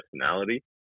personality